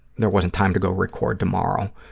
there wasn't time to go record tomorrow,